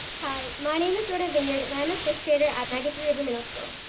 hi, my name is jordan vineyard and i'm a sixth grader at magothy river middle school.